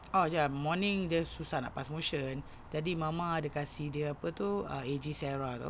ah ya morning dia susah nak pass motion jadi mama ada kasi dia apa tu A_J sarah tu